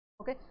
Okay